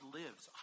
lives